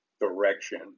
direction